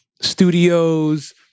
studios